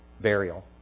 burial